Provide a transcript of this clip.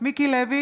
מיקי לוי,